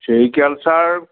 sericulture